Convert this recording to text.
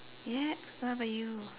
yeah what about you